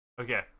Okay